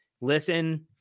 Listen